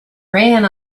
ran